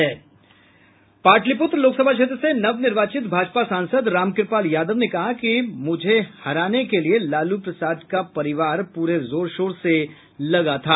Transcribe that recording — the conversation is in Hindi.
पाटलिप्त्र लोकसभा क्षेत्र से नवनिर्वाचित भाजपा सांसद रामकृपाल यादव ने कहा कि मुझे हराने के लिए लालू प्रसाद का परिवार पूरे जोर शोर से लगे थे